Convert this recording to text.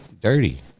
dirty